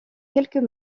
quelques